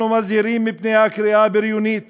אנחנו מזהירים מפני הקריאה הבריונית